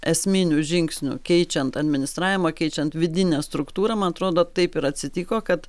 esminių žingsnių keičiant administravimą keičiant vidinę struktūrą man atrodo taip ir atsitiko kad